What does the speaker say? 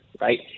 right